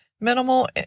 minimal